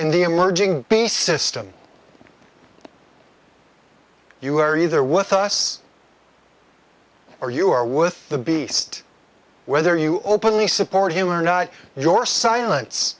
in the emerging the system you are either with us or you are with the beast whether you openly support him or not your silence